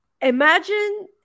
Imagine